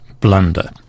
blunder